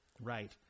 Right